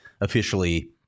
officially